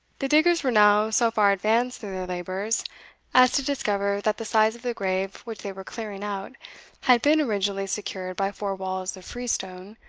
the diggers were now so far advanced in their labours as to discover that the sides of the grave which they were clearing out had been originally secured by four walls of freestone,